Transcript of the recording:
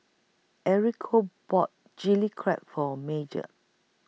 Enrico bought Chili Crab For Major